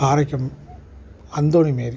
ஆரோக்கியம் அந்தோனிமேரி